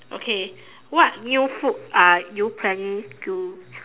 okay what new food are you planning to